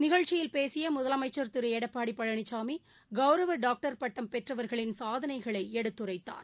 நிகழ்ச்சியில் பேசியமுதலமைச்சா் திருளடப்பாடிபழனிசாமி கௌரவடாக்டர் பட்டம் பெற்றவர்களின் சாதனைகளைஎடுத்துரைத்தார்